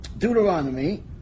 Deuteronomy